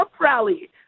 rally